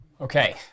Okay